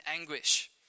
anguish